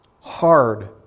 Hard